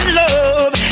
love